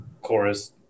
chorus